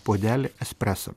puodelį espreso